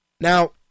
Now